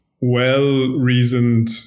well-reasoned